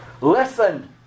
listen